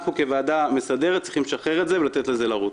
אנחנו כוועדה מסדרת צריכים לשחרר את זה ולתת לזה לרוץ.